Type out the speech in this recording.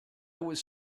was